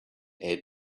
add